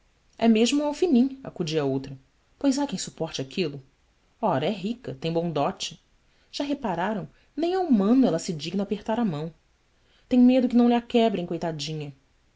é mesmo um alfenim acudia outra ois há quem suporte aquilo ra é rica tem bom dote á repararam nem ao mano ela se digna apertar a mão em medo que não lha quebrem coitadinha